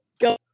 go